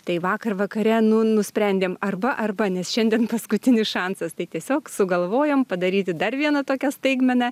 tai vakar vakare nu nusprendėm arba arba nes šiandien paskutinis šansas tai tiesiog sugalvojom padaryti dar vieną tokią staigmeną